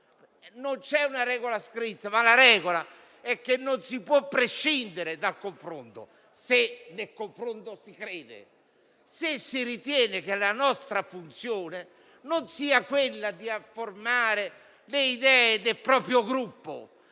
Non c'è una regola scritta, ma la regola è che non si può prescindere dal confronto, se in esso si crede e se si ritiene che la nostra funzione non sia quella di affermare le idee del proprio gruppo,